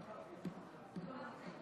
החוק הבאה,